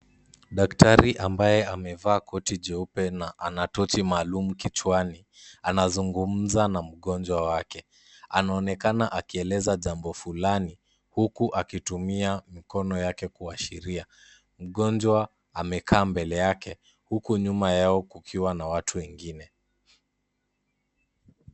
Daktari ambaye amevaa koti jeupe na ana tochi maalum kichwani ,anazungumza na mgonjwa wake . Anaonekana akieleza jambo fulani huku akitumia mkono yake kuashiria. Mgonjwa amekaa mbele yake huku nyuma yao kukiwa na watu wengine.